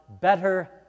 better